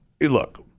look